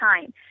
time